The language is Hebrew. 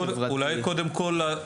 קודם כל,